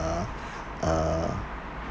uh